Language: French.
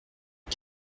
pas